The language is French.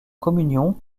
communion